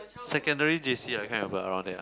secondary J_C I can't remember around there ah